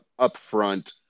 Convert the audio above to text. upfront